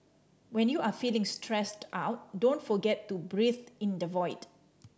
when you are feeling stressed out don't forget to breathe in the void